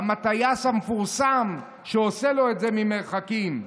גם הטייס המפורסם שעושה לו את זה ממרחקים.